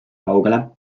kaugele